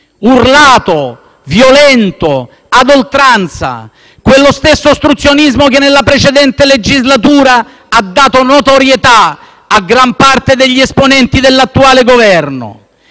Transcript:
urlato, violento e ad oltranza, quello stesso ostruzionismo che nella precedente legislatura ha dato notorietà a gran parte degli esponenti dell'attuale Governo.